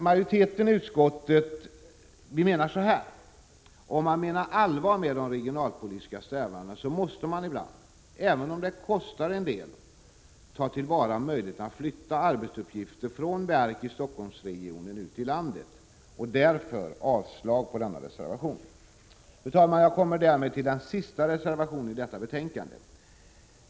Vi som tillhör utskottets majoritet håller före att om man menar allvar med de regionalpolitiska strävandena måste man ibland, även om det kostar en del, ta till vara möjligheten att från verk i Stockholmsregionen flytta ut arbetsuppgifter till landet i övrigt. Därför yrkar jag avslag på denna reservation. Fru talman! Därmed har jag kommit till den sista reservationen i detta betänkande.